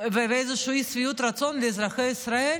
ובאיזושהי אי-שביעות רצון לאזרחי ישראל